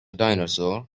dinosaur